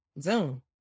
zoom